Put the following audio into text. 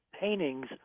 paintings